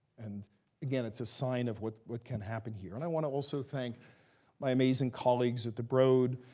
and again, it's a sign of what what can happen here. and i want to also thank my amazing colleagues at the broad,